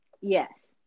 Yes